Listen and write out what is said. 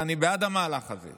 אני בעד המהלך הזה,